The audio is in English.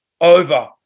over